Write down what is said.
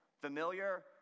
Familiar